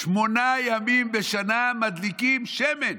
שמונה ימים בשנה מדליקים שמן.